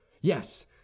yes